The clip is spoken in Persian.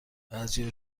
بعضیا